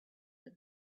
for